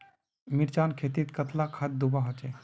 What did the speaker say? मिर्चान खेतीत कतला खाद दूबा होचे?